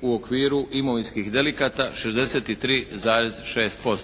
u okviru imovinskih delikata 63,6%.